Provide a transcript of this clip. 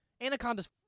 Anaconda's